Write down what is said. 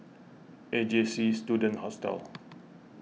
A J C Student Hostel